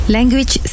Language